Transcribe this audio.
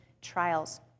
trials